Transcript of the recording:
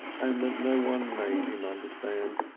and that no one made him understand,